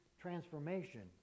transformation